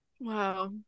Wow